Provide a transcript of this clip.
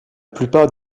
plupart